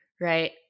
right